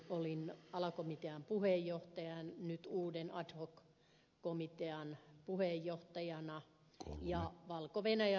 olin alakomitean puheenjohtaja nyt uuden ad hoc komitean puheenjohtajana ja valko venäjä raportoijana